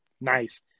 nice